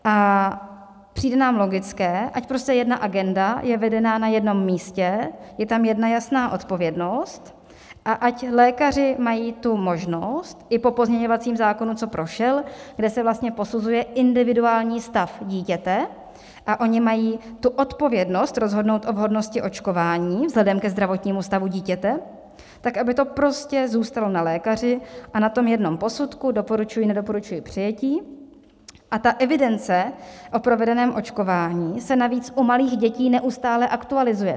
A přijde nám logické, ať prostě jedna agenda je vedena na jednom místě, je tam jedna jasná odpovědnost a ať lékaři mají tu možnost i po pozměňovacím zákonu, co prošel, kde se vlastně posuzuje individuální stav dítěte, a oni mají tu odpovědnost rozhodnout o vhodnosti očkování vzhledem ke zdravotnímu stavu dítěte, tak aby to prostě zůstalo na lékaři a na tom jednom posudku: doporučuji nedoporučuji přijetí, a ta evidence o provedeném očkování se navíc u malých dětí neustále aktualizuje.